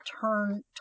turn